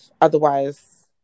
otherwise